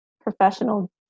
professional